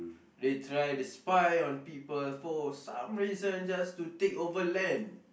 they try to spy on people for some reason just to take over land